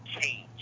change